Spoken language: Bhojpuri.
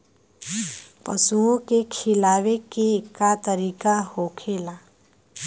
पशुओं के खिलावे के का तरीका होखेला?